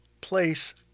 place